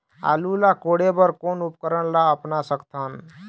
आलू ला कोड़े बर कोन उपकरण ला अपना सकथन?